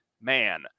man